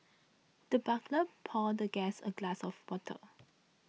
the butler poured the guest a glass of water